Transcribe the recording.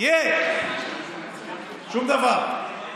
שום דבר.